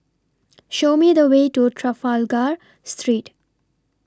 Show Me The Way to Trafalgar Street